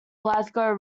glasgow